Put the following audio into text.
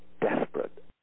desperate